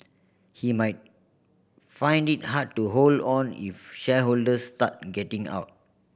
he might find it hard to hold on if shareholders start getting out